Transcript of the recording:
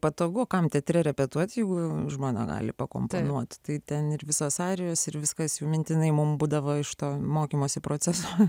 patogu kam teatre repetuoti jeigu žmona gali pakontroliuoti tai ten ir visos arijos ir viskas jau mintinai mums būdavo iš to mokymosi procesą